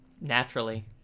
Naturally